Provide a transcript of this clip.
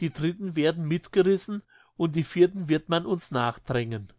die dritten werden mitgerissen und die vierten wird man uns nachdrängen